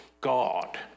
God